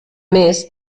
més